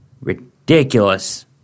Ridiculous